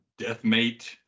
Deathmate